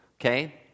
okay